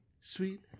sweet